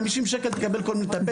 חמישים שקל תקבל כל מטפלת.